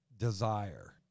Desire